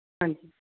ਹਾਂਜੀ